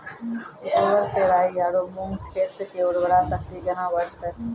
गोबर से राई आरु मूंग खेत के उर्वरा शक्ति केना बढते?